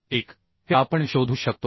1हे आपण शोधू शकतो